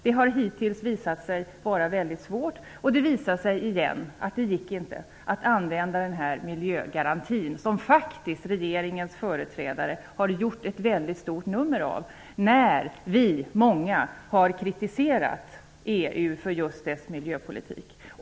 Det har hittills visat sig vara väldigt svårt. Det visar sig igen att det inte går att använda miljögarantin, som regeringens företrädare har gjort ett stort nummer av, när vi och många andra har kritiserat EU för just dess miljöpolitik.